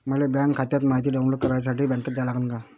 मले बँक खात्याची मायती डाऊनलोड करासाठी बँकेत जा लागन का?